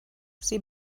sie